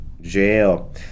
Jail